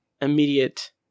immediate